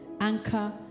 anchor